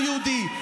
כעם יהודי,